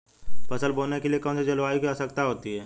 फसल बोने के लिए कौन सी जलवायु की आवश्यकता होती है?